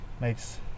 Makes